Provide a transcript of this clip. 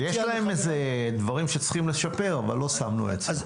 יש להם דברים שצריכים לשפר אבל לא שמנו אצבע מאשימה.